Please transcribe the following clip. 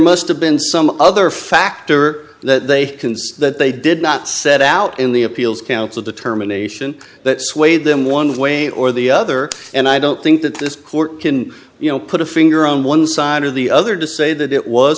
must have been some other factor that they can say that they did not set out in the appeals council determination that swayed them one way or the other and i don't think that this court can you know put a finger on one side or the other to say that it was